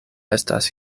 estas